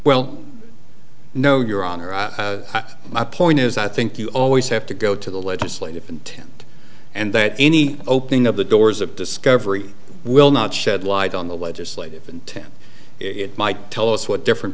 well no your honor my point is i think you always have to go to the legislative intent and that any opening of the doors of discovery will not shed light on the legislative intent it might tell us what different